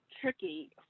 tricky